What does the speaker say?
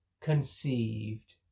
conceived